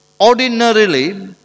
Ordinarily